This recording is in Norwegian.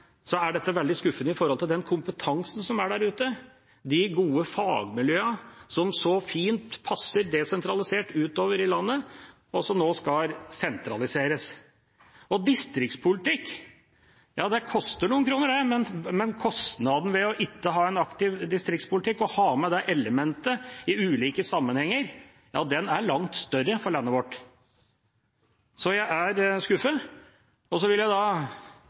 desentralisert utover i landet, og som nå skal sentraliseres. Distriktspolitikk koster noen kroner, men kostnaden ved ikke å ha en aktiv distriktspolitikk – ikke ha med det elementet i ulike sammenhenger – er langt større for landet vårt. Jeg er skuffet. Jeg vil høytidelig – og det kan vel ikke bli mer høytidelig enn fra denne talerstolen – trekke tilbake den honnøren som jeg